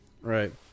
right